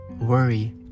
worry